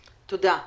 תודה.